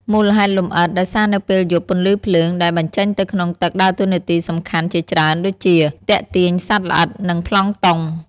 មូលហេតុលម្អិត ដោយសារនៅពេលយប់ ពន្លឺភ្លើង ដែលបញ្ចេញទៅក្នុងទឹកដើរតួនាទីសំខាន់ជាច្រើនដូចជា ទាក់ទាញសត្វល្អិត និងប្លង់តុង។